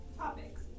topics